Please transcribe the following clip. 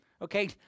Okay